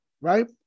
Right